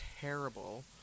terrible